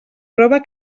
prova